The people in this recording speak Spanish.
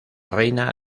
reina